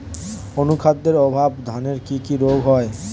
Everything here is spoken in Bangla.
অনুখাদ্যের অভাবে ধানের কি কি রোগ হয়?